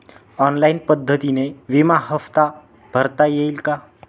Online पद्धतीने विमा हफ्ता भरता येईल का?